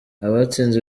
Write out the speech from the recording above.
abatsinze